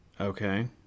Okay